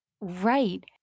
Right